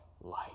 light